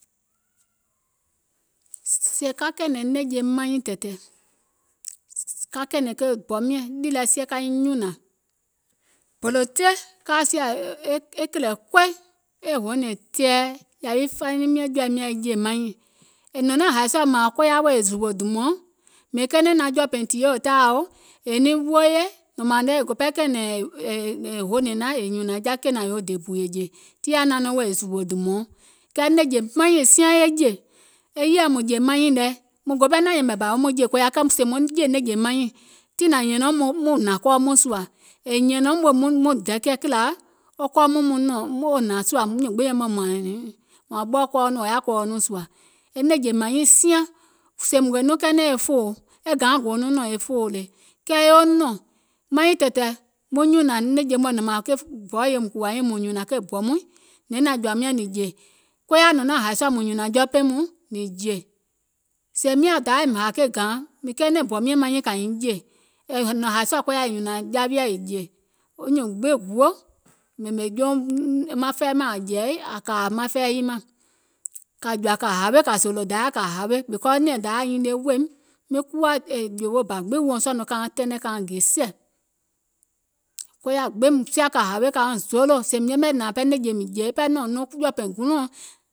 Sèè ka kɛ̀ɛ̀nɛ̀ŋ nɛ̀ŋje maŋ nyiìŋ tɛ̀tɛ̀, ka kɛ̀ɛ̀nɛ̀ŋ ke bɔ miɛ̀ŋ nìì lɛ sie ka nyiŋ nyùnȧŋ bòlòte kaa sìȧ ee e kìlɛ̀ koi, e hoonɛ̀ŋ tɛ̀ɛ̀ yȧwi faniŋ miɔ̀ŋ jɔ̀ȧim nyȧŋ jè maŋ nyiìŋ, è nɔ̀ŋ naȧŋ hȧì mȧȧŋ koya wèè e zùwò dùmɔ̀ɔŋ, mìŋ kɛɛnɛ̀ŋ naȧŋ jɔ̀ɔ̀pȧìŋ tìyèe ɔ̀ɔ̀ taaiò, è niŋ wooyè e go pɛɛ naȧŋ kɛ̀ɛ̀nɛ̀ŋ hoonɛ̀ŋ naȧŋ e nyùnȧŋ ja kènaŋ naȧŋ yòo dè bù è jè, tii yaȧ naȧŋ nɔŋ wèè e zùwò dùmɔ̀ɔŋ, kɛɛ nɛ̀ŋje maŋ nyiìŋ siaŋ e jè, e yèɛ mùŋ jè maŋ nyiìŋ lɛ, mùŋ go ɓɛɛ naȧŋ yɛ̀mɛ̀ bȧ wèè maŋ jè koya, kɛɛ sèè maŋ nɔŋ jè nɛ̀ŋjè maŋ nyiìŋ, mùŋ gò ɓɛɛ naȧŋ yɛ̀mɛ̀ bȧ wèè maŋ jè koya kɛɛ sèè maŋ nɔŋ jè nɛ̀ŋjè maŋ nyiìŋ, tii nȧŋ nyɛ̀nɛ̀um muŋ hnȧŋ kɔɔ mɔ̀ɛ̀ sùȧ, è nyɛ̀nɛ̀um wèè muŋ dɛkɛ̀ kìlȧ, kɔɔ mɔɔ̀ŋ hnȧŋ sùȧ nyùùŋ gbiŋ yɛmɛ̀ùm wȧȧŋ ɓɔɔ̀ ɓɔɔ̀ wò yaȧ kɔɔuŋ nɔɔ̀ŋ sùȧ, e nɛ̀ŋjè mȧŋ nyiìŋ siaŋ, sèèùm goiŋ nɔŋ kɛɛnɛ̀ŋ e fòo, gȧaŋ goo nɔŋ nɔ̀ŋ e fòo le, kɛɛ yoo nɔ̀ŋ, maŋ nyiìŋ tɛ̀tɛ̀ muŋ nyùnȧŋ nɛ̀ŋje mɔ̀ɛ̀ nɔ̀ŋ mȧȧŋ ke bɔ ye mùŋ kùwà nyìŋ mùŋ nyùnȧŋ ke bɔ mɔìŋ nyɛ̀iŋ nȧȧŋ jɔ̀ȧum nyȧŋ nȧŋ jè, koya nɔ̀ŋ naȧŋ hàì sùȧ mùŋ nyùnȧŋ jɔɔpaìŋ mɔɔ̀ŋ nìŋ jè, sèè miȧŋ dayȧ woim hȧȧ ke gȧȧŋ, mìŋ kɛɛnɛ̀ŋ bɔ miɛ̀ŋ maŋ nyiìŋ kȧ nyiŋ jè, è nɔ̀ɔ̀ŋ hȧì sùȧ koya è nyùnȧŋ ja wiɛ̀ è jè, nyùùŋ gbiŋ guò ɓèmè jouŋ fɛi mȧŋ ȧŋ jɛ̀ì aŋ kȧȧ maŋ fɛi nyiŋ mȧŋ, kȧ jɔ̀ȧ kȧ hawe kȧ zòòlò dayȧ kȧ hawe because nɛ̀ɛ̀ŋ dayȧ yaȧ nyinie weèim, miŋ kuwȧ è jòòwo bȧ gbiŋ, sɔɔ̀ nɔŋ kauŋ tɛnɛ̀ŋ kauŋ gè i sɛ̀ koya gbiŋ mìŋ siȧ wèè hȧwe kauŋ zoolò, sèè mìŋ yɛmɛ̀ nȧaŋ ɓɛɛ nɛ̀ŋje mìŋ jè e pɛɛ nɔ̀ŋ nɔŋ jɔ̀ɔ̀pȧìŋ gunɔ̀ɔŋ,